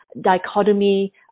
dichotomy